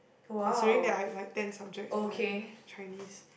considering that I have like ten subjects and like Chinese